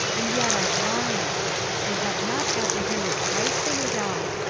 and yet are blind they have not apprehended christ in it all.